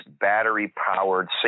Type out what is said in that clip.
battery-powered